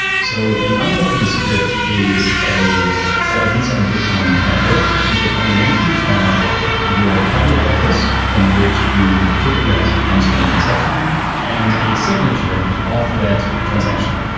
so the unlocking script is a or at least on the bitcoin network, is a combination of your public address from which you took that unspent transaction and a signature of that transaction.